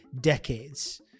decades